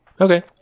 okay